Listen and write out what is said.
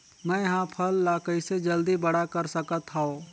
मैं ह फल ला कइसे जल्दी बड़ा कर सकत हव?